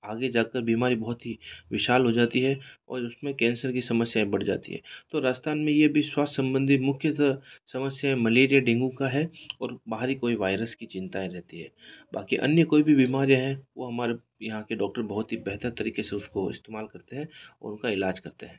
आगे जा कर बीमारी बहुत ही विशाल हो जाती है और उस मे कैंसर की समस्याएं बढ़ जाती है तो राजस्थान में ये भी स्वास्थ्य संबंधी मुख्यतः समस्या मलेरिया डेंगू का है और बाहरी कोई वायरस की चिंताएं रहती हैं बाकी अन्य कोई भी बीमारियाँ हैं वो हमारे यहाँ के डॉक्टर बहुत ही बेहतर तरीक़े से उस को इस्तेमाल करते हैं और उन का इलाज करते हैं